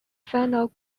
final